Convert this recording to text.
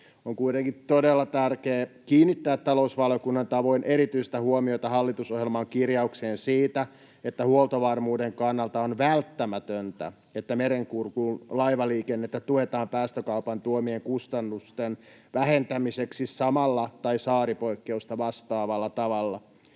On kuitenkin todella tärkeää kiinnittää talousvaliokunnan tavoin erityistä huomiota hallitusohjelman kirjaukseen siitä, että huoltovarmuuden kannalta on välttämätöntä, että Merenkurkun laivaliikennettä tuetaan päästökaupan tuomien kustannusten vähentämiseksi samalla tai saaripoikkeusta vastaavalla tavalla.